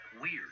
weird